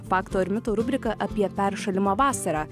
faktų ar mitų rubrika apie peršalimą vasarą